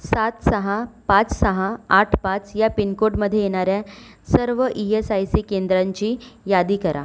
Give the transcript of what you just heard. सात सहा पाच सहा आठ पाच ह्या पिनकोडमध्ये येणाऱ्या सर्व ई एस आय सी केंद्रांची यादी करा